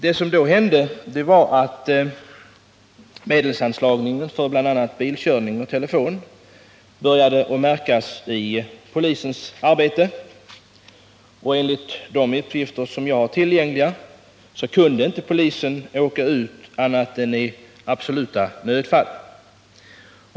Det som då hände var att minskningen av medelstilldelningen för bl.a. bilkörning och telefon började att märkas i polisens arbete. Enligt de uppgifter som jag har tillgängliga kunde polisen inte åka ut annat än i verkliga nödfall.